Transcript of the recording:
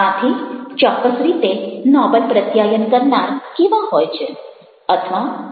આથી ચોક્કસ રીતે નોબલ પ્રત્યાયન કરનાર કેવા હોય છે